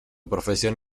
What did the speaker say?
profesión